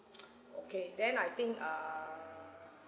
okay then I think err